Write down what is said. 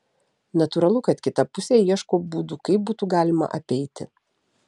natūralu kad kita pusė ieško būdų kaip būtų galima apeiti